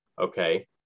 okay